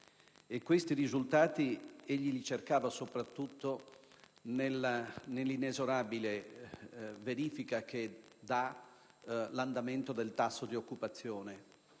di risultati, che egli cercava soprattutto nell'inesorabile verifica che dà l'andamento del tasso di occupazione,